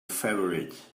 favorite